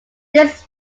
this